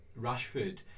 Rashford